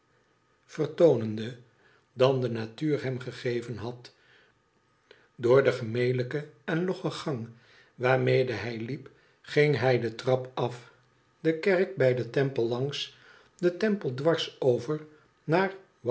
vertoonende dan de natuur hem gegeven had door den gemelijken en loggen gang waarmede hij liep ging hij de trap af de kerk bij den temple langs den temple dwars over naar